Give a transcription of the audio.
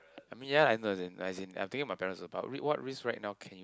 I mean ya no as in as in I'm thinking parents about risk what risk right now can you